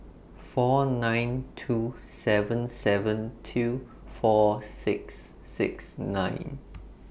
four nine two seven seven two four six six nine